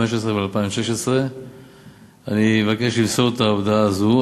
ו-2016 אני מבקש למסור את ההודעה הזו.